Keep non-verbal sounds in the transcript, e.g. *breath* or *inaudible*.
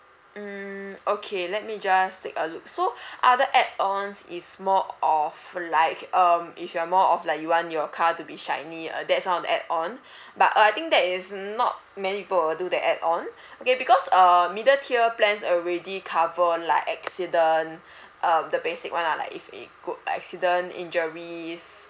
hmm okay let me just take a look so *breath* other add ons is more of like um if you are more of like you want your car to be shiny uh that's on add on *breath* but uh I think that is not many people will do that add on okay because uh middle tier plans already cover like accident *breath* uh the basic [one] lah like if you go accident injuries